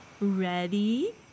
Ready